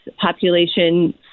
population